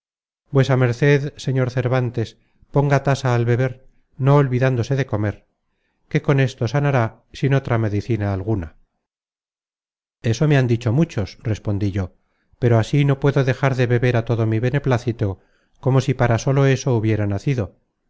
bebiese vuesa merced señor cervántes ponga tasa al beber no olvidándose de comer que con esto sanara sin otra medicina alguna eso me han dicho muchos respondí yo pero así puedo dejar de beber á todo mi beneplacito como si para sólo eso hubiera nacido